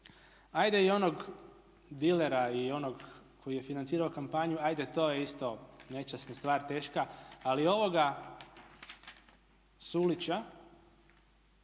Hajde i onog dilera i onog koji je financirao kampanju, hajde to je isto nečasna stvar teška. Ali ovoga Sulića